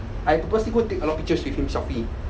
I purposely go take a lot of pictures with him selfie